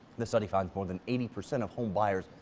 the study found more than eighty percent of home buyers.